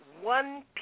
one